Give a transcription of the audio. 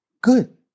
Good